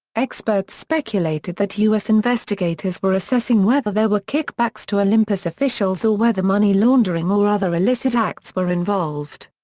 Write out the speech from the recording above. experts speculated that us investigators were assessing whether there were kickbacks to olympus officials or whether money laundering or other illicit acts were involved.